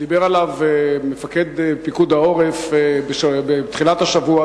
ודיבר עליו מפקד פיקוד העורף בתחילת השבוע,